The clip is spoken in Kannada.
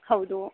ಹೌದು